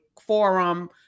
forum